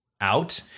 out